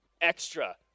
extra